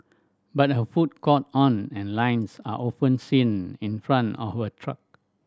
but her food caught on and lines are often seen in front of her truck